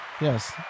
Yes